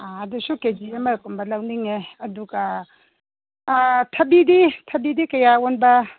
ꯑꯥ ꯑꯗꯨꯁꯨ K G ꯑꯃ ꯀꯨꯝꯕ ꯂꯧꯅꯤꯡꯉꯦ ꯑꯗꯨꯒ ꯊꯕꯤꯗꯤ ꯊꯕꯤꯗꯤ ꯀꯌꯥ ꯑꯣꯟꯕ